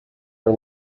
are